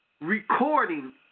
recording